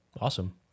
Awesome